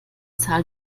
zahl